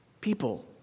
people